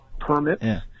permits